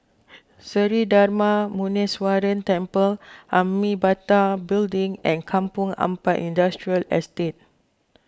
Sri Darma Muneeswaran Temple Amitabha Building and Kampong Ampat Industrial Estate